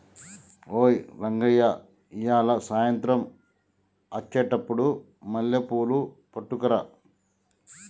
ఓయ్ రంగయ్య ఇయ్యాల సాయంత్రం అచ్చెటప్పుడు మల్లెపూలు పట్టుకరా